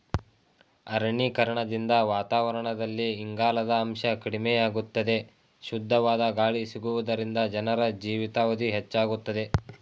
ಅರಣ್ಯೀಕರಣದಿಂದ ವಾತಾವರಣದಲ್ಲಿ ಇಂಗಾಲದ ಅಂಶ ಕಡಿಮೆಯಾಗುತ್ತದೆ, ಶುದ್ಧವಾದ ಗಾಳಿ ಸಿಗುವುದರಿಂದ ಜನರ ಜೀವಿತಾವಧಿ ಹೆಚ್ಚಾಗುತ್ತದೆ